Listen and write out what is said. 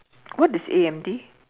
what is A_M_D